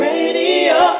Radio